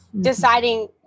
deciding